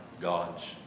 God's